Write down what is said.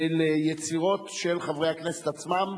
ליצירות של חברי הכנסת עצמם,